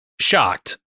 shocked